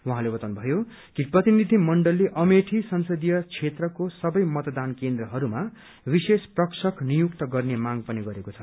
उहाँले बताउनु भयो कि प्रतिनिधि मण्डलले अमेठी संसदीय क्षेत्रको सबै मतदान केन्द्रहरूमा विशेष प्रक्षक नियुक्त गर्ने माग पनि गरेको छ